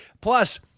plus